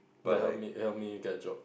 they help me help me get job